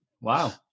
wow